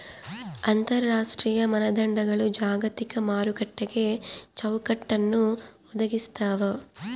ಅಂತರರಾಷ್ಟ್ರೀಯ ಮಾನದಂಡಗಳು ಜಾಗತಿಕ ಮಾರುಕಟ್ಟೆಗೆ ಚೌಕಟ್ಟನ್ನ ಒದಗಿಸ್ತಾವ